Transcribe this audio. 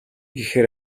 гэхээр